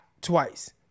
twice